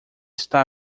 está